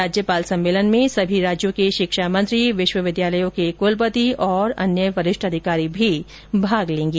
राज्यपाल सम्मेलन में सभी राज्यों के शिक्षा मंत्री विश्वविद्यालयों के कुलपति और अन्य वरिष्ठ अधिकारी भी भाग लेंगे